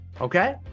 okay